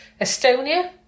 Estonia